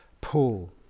Paul